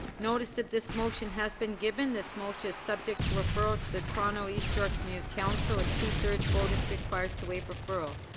notice of this motion has been given. this motion is subject to referral to the toronto east york community council. a two-thirds vote is required to waive referral.